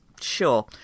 Sure